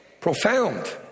profound